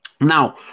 Now